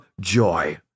joy